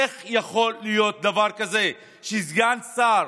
איך יכול להיות דבר כזה שסגן שר